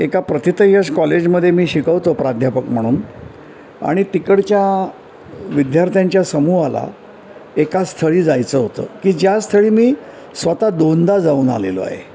एका प्रथितयश कॉलेजमध्ये मी शिकवतो प्राध्यापक म्हणून आणि तिकडच्या विद्यार्थ्यांच्या समूहाला एका स्थळी जायचं होतं की ज्या स्थळी मी स्वत दोनदा जाऊन आलेलो आहे